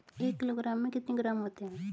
एक किलोग्राम में कितने ग्राम होते हैं?